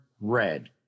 red